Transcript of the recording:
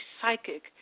psychic